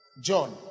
John